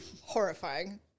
Horrifying